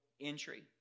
entry